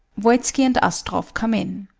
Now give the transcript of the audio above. voitski and astroff come in.